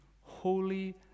holy